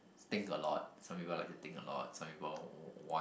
think a lot some people like to think a lot some people w~ want